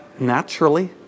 Naturally